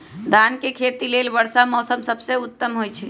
धान के खेती लेल वर्षा मौसम सबसे उत्तम होई छै